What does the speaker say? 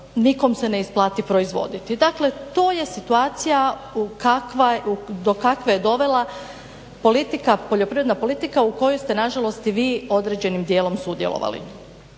nikom se ne isplati proizvoditi. Dakle to je situacija do kakve je dovela politika, poljoprivredna politika u kojoj ste nažalost i određenim djelom sudjelovali.